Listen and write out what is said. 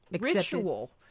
ritual